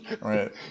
Right